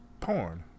porn